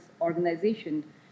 organization